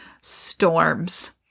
storms